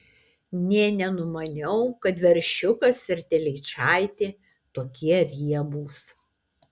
nė nenumaniau kad veršiukas ir telyčaitė tokie riebūs